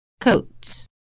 coats